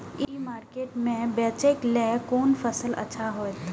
ई market में बेचेक लेल कोन फसल अच्छा होयत?